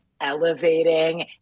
elevating